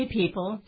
people